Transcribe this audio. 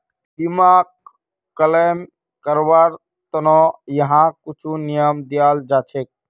बीमाक क्लेम करवार त न यहात कुछु नियम दियाल जा छेक